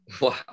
Wow